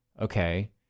okay